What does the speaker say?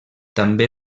també